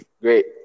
great